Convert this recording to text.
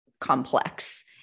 complex